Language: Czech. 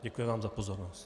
Děkuji vám za pozornost.